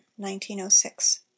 1906